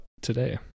today